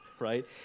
right